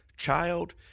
child